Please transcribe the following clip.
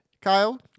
Kyle